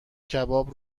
کباب